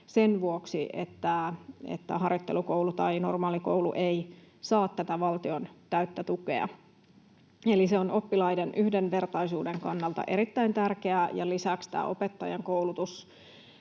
sen vuoksi, että harjoittelukoulu tai normaalikoulu ei saa tätä valtion täyttä tukea. Eli se on oppilaiden yhdenvertaisuuden kannalta erittäin tärkeää. Lisäksi tämä opettajankoulutus: